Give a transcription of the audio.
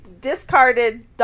discarded